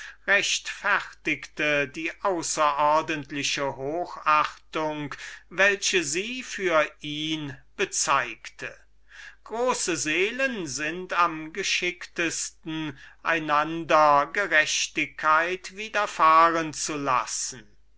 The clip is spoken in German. rechtfertigte die außerordentliche hochachtung welche sie für ihn bezeugte große seelen sind am geschicktesten einander gerechtigkeit widerfahren zu lassen